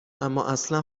امااصلا